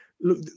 look